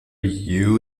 you